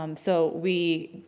um so we,